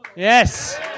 Yes